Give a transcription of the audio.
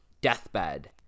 deathbed